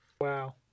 wow